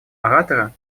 оратора